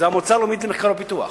זה המועצה הלאומית למחקר ולפיתוח,